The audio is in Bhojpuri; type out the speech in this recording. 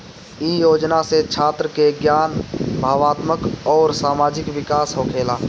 इ योजना से छात्र के ज्ञान, भावात्मक अउरी सामाजिक विकास होखेला